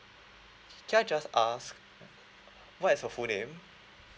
can I just ask what is your full name